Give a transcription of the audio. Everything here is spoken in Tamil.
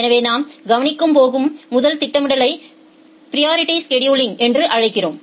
எனவே நாம் கவனிக்கப் போகும் முதல் திட்டமிடலை பிரியரிட்டி ஸ்செடுலிங் என்று அழைக்கிறோம்